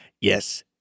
yes